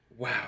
Wow